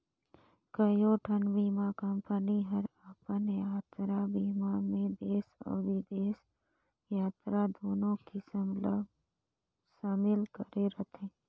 कयोठन बीमा कंपनी हर अपन यातरा बीमा मे देस अउ बिदेस यातरा दुनो किसम ला समिल करे रथे